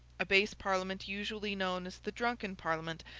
a base parliament, usually known as the drunken parliament,